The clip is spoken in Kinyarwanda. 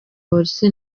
polisi